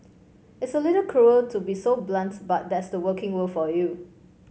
it's a little cruel to be so blunt but that's the working world for you